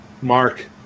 Mark